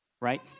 Right